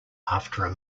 after